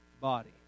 body